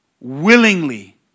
willingly